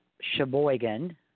Sheboygan